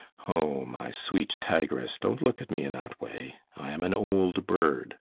oh, my sweet tigress! don't look at me in that way i am an old bird!